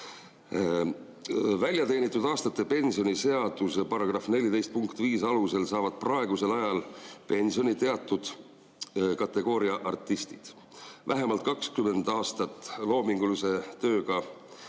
Väljateenitud aastate pensionide seaduse § 14 punkti 5 alusel saavad praegusel ajal pensioni teatud kategooria artistid: vähemalt 20 aastat loomingulise tööga